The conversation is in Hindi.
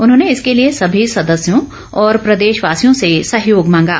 उन्होंने इसके लिए सभी सदस्यों और प्रदेशवासियों से सहयोग मांगा